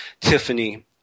Tiffany